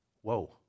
whoa